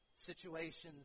situations